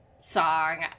song